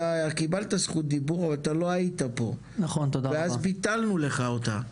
אתה קיבלת זכות דיבור אבל אתה לא היית פה ואז ביטלנו לך אותה.